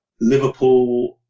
Liverpool